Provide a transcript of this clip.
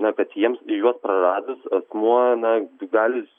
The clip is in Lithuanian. na kad jiems ir juos praradus asmuo na gali